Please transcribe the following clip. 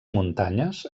muntanyes